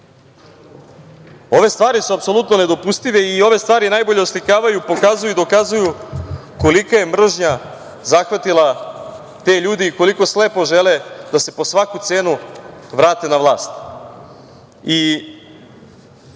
šta. Ove stvari su apsolutno nedopustive i ove stvari najbolje oslikavaju, pokazuju i dokazuju kolika je mržnja zahvatila te ljude i koliko slepo žele da se po svaku cenu vrate na vlast. Ono